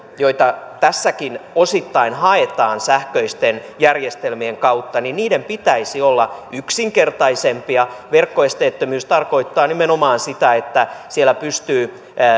joita tässäkin osittain haetaan sähköisten järjestelmien kautta pitäisi olla yksinkertaisempia verkkoesteettömyys tarkoittaa nimenomaan sitä että siellä pystyvät